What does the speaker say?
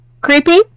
Creepy